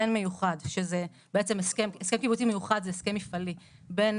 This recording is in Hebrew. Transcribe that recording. בין מיוחד - הסכם קיבוצי מיוחד זה הסכם מפעלי - בין